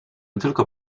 tylko